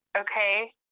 okay